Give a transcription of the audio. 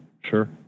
sure